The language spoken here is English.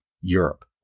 Europe